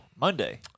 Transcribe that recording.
Monday